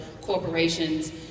corporations